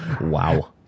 Wow